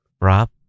Rob